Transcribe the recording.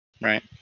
Right